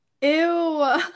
Ew